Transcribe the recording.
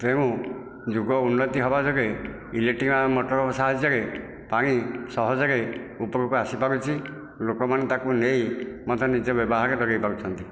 ତେଣୁ ଯୁଗ ଉନ୍ନତି ହେବା ଯୋଗେ ଇଲେକଟ୍ରିକ୍ ମଟର ସାହାଯ୍ୟରେ ପାଣି ସହଜରେ ଉପରକୁ ଆସିପାରୁଛି ଲୋକମାନେ ତାକୁ ନେଇ ମଧ୍ୟ ନିଜ ବ୍ୟବହାରରେ ଲଗେଇ ପାରୁଛନ୍ତି